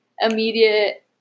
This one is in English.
immediate